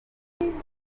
akatari